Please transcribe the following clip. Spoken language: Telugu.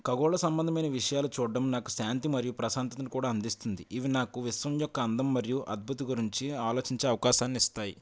ఖగోళ సంబంధమైన విషయాలు చూడ్డం నాకు శాంతి మరియు ప్రశాంతతను కూడా అందిస్తుంది ఇవి నాకు విశ్వం యొక్క అందం మరియు అద్భుతం గురించి ఆలోచించే అవకాశాన్ని ఇస్తాయ్